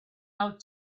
out